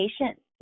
patient